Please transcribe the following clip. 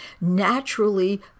naturally